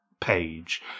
page